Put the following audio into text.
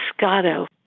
Scotto